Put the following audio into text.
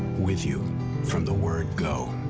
with you from the word go.